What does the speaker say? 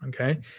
Okay